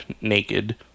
naked